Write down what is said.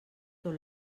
tot